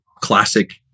classic